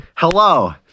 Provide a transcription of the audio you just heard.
Hello